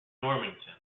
normanton